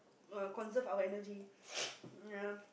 err conserve our energy ya